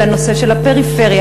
על הנושא של הפריפריה,